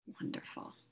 wonderful